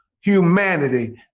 humanity